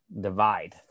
divide